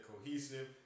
cohesive